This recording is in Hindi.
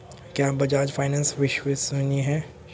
क्या बजाज फाइनेंस विश्वसनीय है?